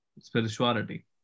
spirituality